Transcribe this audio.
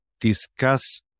discuss